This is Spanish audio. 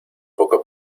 poco